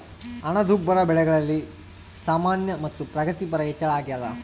ಹಣದುಬ್ಬರ ಬೆಲೆಗಳಲ್ಲಿ ಸಾಮಾನ್ಯ ಮತ್ತು ಪ್ರಗತಿಪರ ಹೆಚ್ಚಳ ಅಗ್ಯಾದ